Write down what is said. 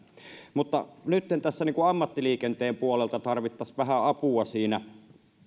nytten tässä ammattiliikenteen puolelle tarvittaisiin vähän apua siinä